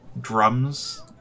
drums